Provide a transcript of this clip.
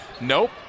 Nope